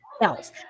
else